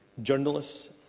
Journalists